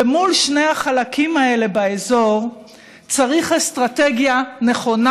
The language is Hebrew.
ומול שני החלקים האלה באזור צריך אסטרטגיה נכונה,